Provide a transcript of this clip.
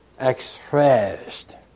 expressed